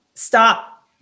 Stop